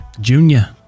junior